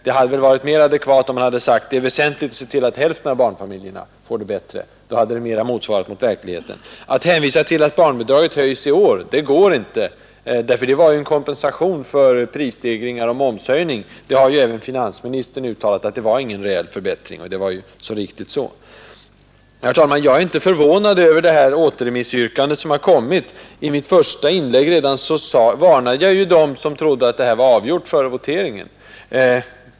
Det hade väl bättre motsvarat verkligheten om han sagt att det var väsentligt för socialdemokraterna att se till att hälften av barnfamiljerna får det bättre. Att hänvisa till att barnbidraget höjs i år går inte. Den höjningen var ju en kompensation för prisstegringar och momshöjning. Även finansministern har uttalat att det inte var någon verklig förbättring, och det är så riktigt. Herr talman! Jag är inte förvånad över återremissyrkandet. Redan i mitt första inlägg varnade jag dem som trodde att detta ärende var avgjort före voteringen.